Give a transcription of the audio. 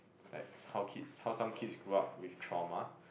like how kids how some kids grew up with trauma